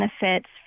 benefits